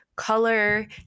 color